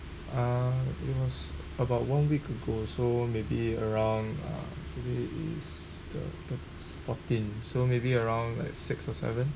uh it was about one week ago so maybe around uh today is the the fourteen so maybe around like sixth or seventh